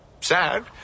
Sad